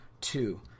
Two